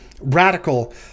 radical